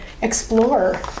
Explore